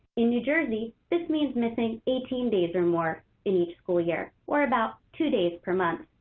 in new jersey, this means missing eighteen days or more in each school year, or about two days per month.